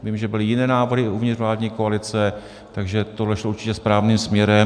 Vím, že byly jiné návrhy uvnitř vládní koalice, takže tohle šlo určitě správným směrem.